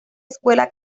escuela